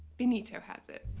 benito has it.